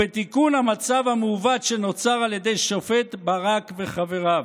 ובתיקון המצב המעוות שנוצר על ידי השופט ברק וחבריו.